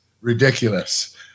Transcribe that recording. ridiculous